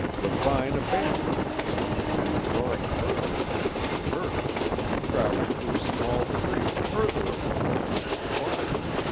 the vine abandoned the pursuit and ignoring further attempts to divert it traveled to a small tree, further away, which it climbed.